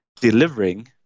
delivering